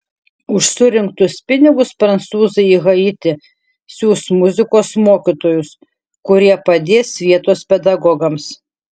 už surinktus pinigus prancūzai į haitį siųs muzikos mokytojus kurie padės vietos pedagogams